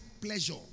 Pleasure